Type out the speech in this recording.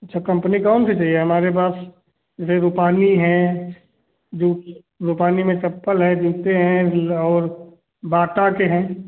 अच्छा कम्पनी कौन सी चाहिए हमारे पास जैसे रुपानी है रुपानी में चप्पल है जूते हैं और बाटा के हैं